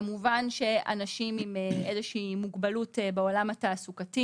כמובן שאנשים עם איזושהי מוגבלות, בעולם התעסוקתי